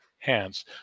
hands